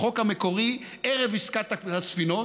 החוק המקורי ערב עסקת הספינות,